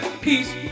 peace